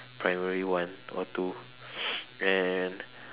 primary one or two and